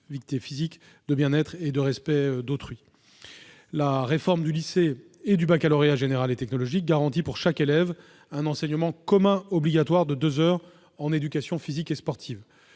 d'activité physique, de bien-être et de respect d'autrui. La réforme du lycée et du baccalauréat général et technologique garantit pour chaque élève un enseignement commun obligatoire de deux heures en éducation physique et sportive,